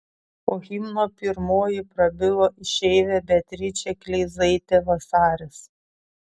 po himno pirmoji prabilo išeivė beatričė kleizaitė vasaris